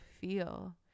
feel